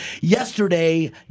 Yesterday